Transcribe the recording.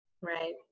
Right